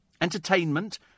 entertainment